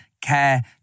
care